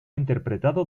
interpretado